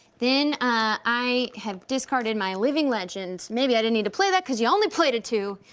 then, i have discarded my living legend. maybe i didn't need to play that, cause you only played a two.